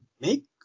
make